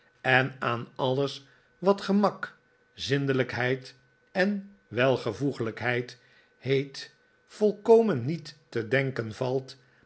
en aan alles wat gemak zindelijkheid en welvoeglijkheid heet volstrekt niet te denken valt